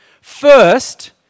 First